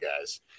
guys